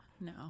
No